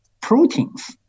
proteins